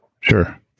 sure